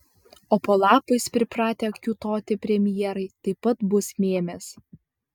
o po lapais pripratę kiūtoti premjerai taip pat bus mėmės